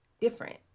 different